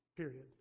Period